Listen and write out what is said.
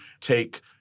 take